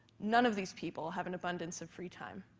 none of these people have an abundance of free time,